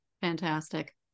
Fantastic